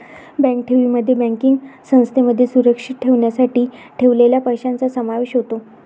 bank ठेवींमध्ये banking संस्थांमध्ये सुरक्षित ठेवण्यासाठी ठेवलेल्या पैशांचा समावेश होतो